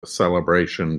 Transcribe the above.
celebration